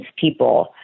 people